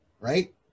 right